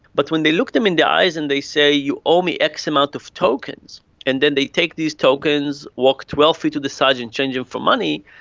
but when they look them in the eyes and they say you owe me x amount of tokens and then they take these tokens, walk twelve feet to the side and change them for money,